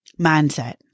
Mindset